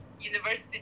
university